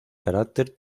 carácter